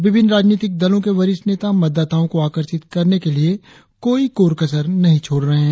विभिन्न राजनीतिक दलों के वरिष्ठ नेता मतदाताओं को आकर्षित करने के लिए कोई कोर कसर नहीं छोड़ रहे हैं